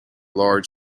large